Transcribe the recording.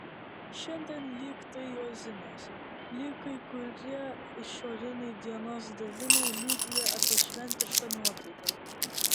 šiandien lyg tai juozinės lyg kai kurie išoriniai dienos daviniai liudija apie šventišką nuotaiką